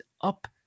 up